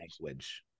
language